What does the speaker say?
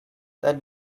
that